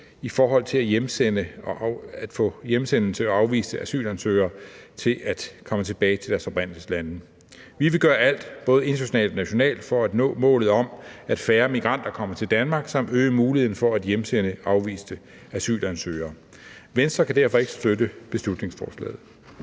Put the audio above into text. i forhold til at hjemsende og få afviste asylansøgere til at vende tilbage til deres oprindelseslande. Vi vil gøre alt, både internationalt og nationalt, for at nå målet om, at færre migranter kommer til Danmark, samt øge muligheden for at hjemsende afviste asylansøgere. Venstre kan derfor ikke støtte beslutningsforslaget.